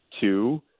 Two